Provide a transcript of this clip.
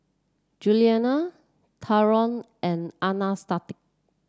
Juliana Tyron and Anastacio